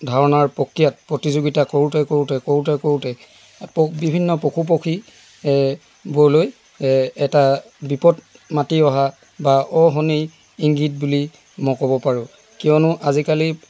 ধৰণৰ প্ৰক্ৰিয়াত প্ৰতিযোগীতা কৰোতে কৰোতে কৰোতে কৰোতে প বিভিন্ন পশু পক্ষী বোৰলৈ এটা বিপদ মাতি অহা বা অশুৱনি ইংগিত বুলি মই ক'ব পাৰো কিয়নো আজিকালি